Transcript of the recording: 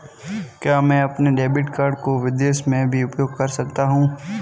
क्या मैं अपने डेबिट कार्ड को विदेश में भी उपयोग कर सकता हूं?